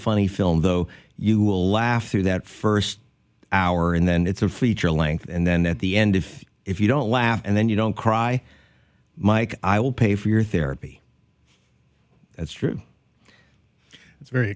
funny film though you will laugh through that first hour and then it's a feature length and then at the end if if you don't laugh and then you don't cry mike i will pay for your therapy that's true it's very